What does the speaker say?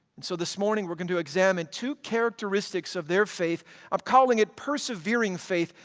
and so this morning we're going to examine two characteristics of their faith of calling it persevering faith.